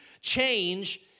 change